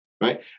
right